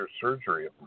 surgery